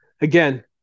Again